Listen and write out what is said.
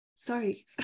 Sorry